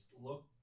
look